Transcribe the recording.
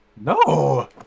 No